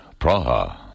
Praha